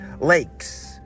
Lakes